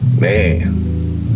man